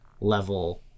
level